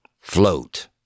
float